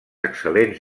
excel·lents